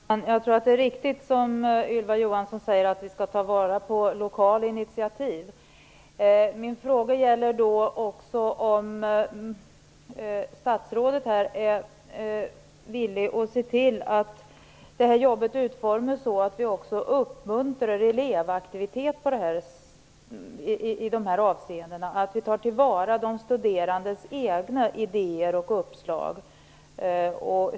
Herr talman! Jag tror att det är riktigt som Ylva Johansson säger att vi skall ta vara på lokala initiativ. Jag undrar om statsrådet är villig att se till att det här arbetet utformas så att man också uppmuntrar elevaktivitet i de här avseendena och tar till vara de studerandes egna idéer och uppslag.